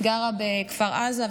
היא גרה בכפר עזה,